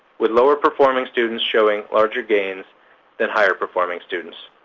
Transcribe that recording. with lower-performing students showing larger gains than higher-performing students.